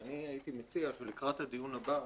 ואני הייתי מציע שלקראת הדיון הבא,